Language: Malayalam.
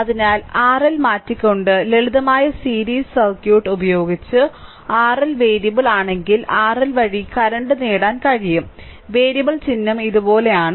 അതിനാൽ RL മാറ്റിക്കൊണ്ട് ലളിതമായ സീരീസ് സർക്യൂട്ട് ഉപയോഗിച്ച് RL വേരിയബിൾ ആണെങ്കിൽ RL വഴി കറൻറ് നേടാൻ കഴിയും വേരിയബിൾ ചിഹ്നം ഇതുപോലെയാണ്